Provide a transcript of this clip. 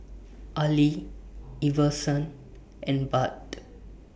Ali Iverson and Bart